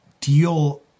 deal